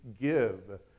give